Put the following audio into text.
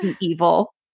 evil